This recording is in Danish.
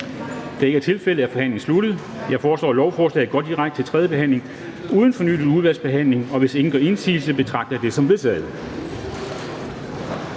det ikke er tilfældet, er forhandlingen sluttet. Jeg foreslår, at lovforslaget går direkte til tredje behandling uden fornyet udvalgsbehandling. Og hvis ingen gør indsigelse, betragter jeg det som vedtaget.